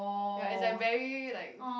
ya it's like very like